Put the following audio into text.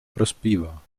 prospívá